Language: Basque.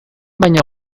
baino